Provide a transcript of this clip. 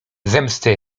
zemsty